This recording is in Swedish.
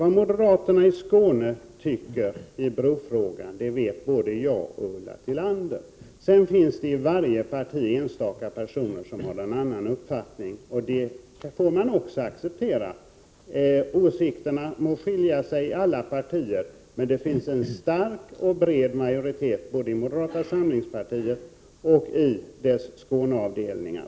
Vad moderaterna i Skåne tycker i brofrågan, det vet både jag och Ulla Tillander. Men det finns i varje parti enstaka personer som har en avvikande uppfattning, och det får man också acceptera. Åsikterna må skilja sig i alla partier, men det finns en stark och bred majoritet både i moderata samlingspartiet och i dess Skåneavdelningar.